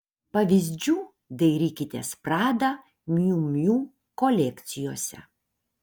pavyzdžių dairykitės prada miu miu kolekcijose